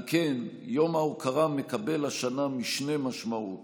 על כן יום ההוקרה מקבל השנה משנה משמעות